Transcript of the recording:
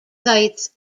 sights